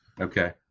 Okay